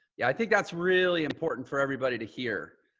yeah. i think that's really important for everybody to hear,